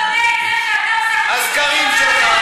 אתה ידעת ששר,